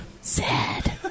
sad